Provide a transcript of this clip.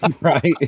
right